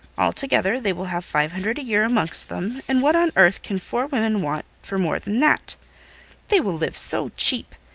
altogether, they will have five hundred a-year amongst them, and what on earth can four women want for more than that they will live so cheap!